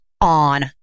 on